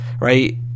right